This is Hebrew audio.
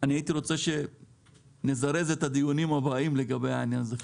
אני הייתי רוצה שנזרז את הדיונים הבאים לגבי העניין הזה.